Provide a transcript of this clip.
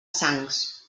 sangs